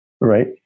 Right